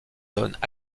donnent